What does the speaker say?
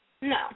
No